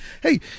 Hey